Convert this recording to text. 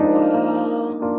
World